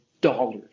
dollars